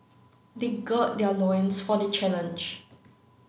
they gird their loins for the challenge